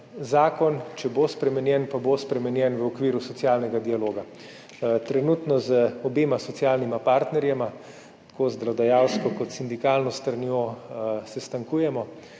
Zakon, če bo spremenjen, pa bo spremenjen v okviru socialnega dialoga. Trenutno z obema socialnima partnerjema, tako z delodajalsko kot s sindikalno stranjo, sestankujemo.